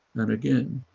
and again,